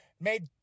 made